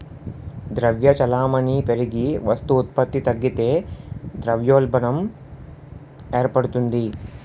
ద్రవ్య చలామణి పెరిగి వస్తు ఉత్పత్తి తగ్గితే ద్రవ్యోల్బణం ఏర్పడుతుంది